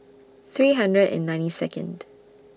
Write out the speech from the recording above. three hundred and ninety Second